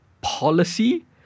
policy